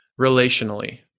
relationally